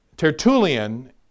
Tertullian